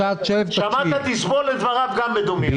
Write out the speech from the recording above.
ניצן, עכשיו תסבול את דבריו גם בדומייה.